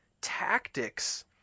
tactics